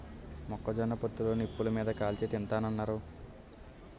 మొక్క జొన్న పొత్తులు నిప్పులు మీది కాల్చి తింతన్నారు